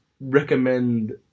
recommend